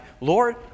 Lord